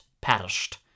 perished